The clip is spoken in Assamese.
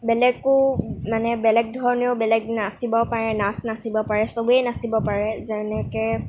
বেলেগো মানে বেলেগ ধৰণেও বেলেগ নাচিব পাৰে নাচ নাচিব পাৰে চবেই নাচিব পাৰে যেনেকৈ